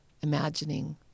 imagining